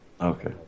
Okay